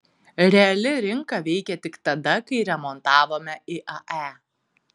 reali rinka veikė tik tada kai remontavome iae